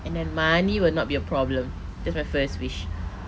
and then money will not be a problem that's my first wish